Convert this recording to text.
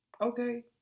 Okay